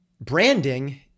Branding